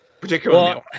particularly